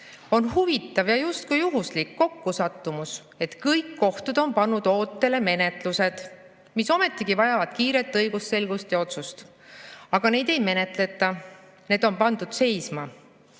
huvitav ja justkui juhuslik kokkusattumus, et kõik kohtud on pannud ootele menetlused, mis ometi vajavad kiiret õigusselgust ja otsust. Aga neid ei menetleta, need on pandud seisma.